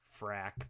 frack